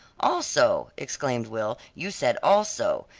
also, exclaimed will, you said also,